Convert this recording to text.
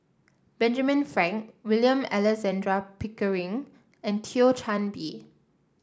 Benjamin Frank William Alexander Pickering and Thio Chan Bee